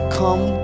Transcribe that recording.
come